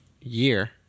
year